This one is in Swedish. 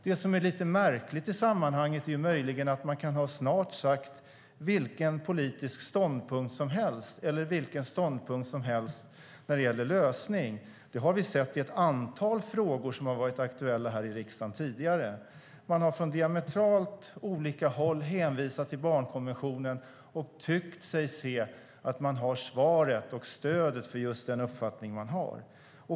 Det som är lite märkligt i sammanhanget är möjligen att man kan ha snart sagt vilken politisk ståndpunkt som helst eller vilken ståndpunkt som helst när det gäller en lösning. Det har vi sett i ett antal frågor som har varit aktuella här i riksdagen tidigare. Man har från diametralt olika håll hänvisat till barnkonventionen och tyckt sig se att man har svaret och stödet för just den uppfattning man har.